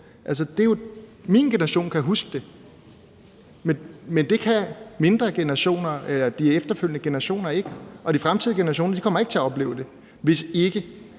Min generation kan huske det, men det kan de efterfølgende generationer ikke. Og de fremtidige generationer kommer ikke til at opleve det, hvis ikke